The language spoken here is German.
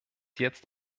jetzt